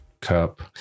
cup